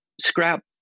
scrap